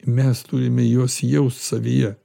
mes turime juos jau savyje